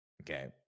okay